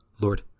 Lord